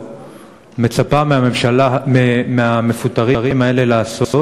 מה הממשלה הזו מצפה מהמפוטרים האלה לעשות?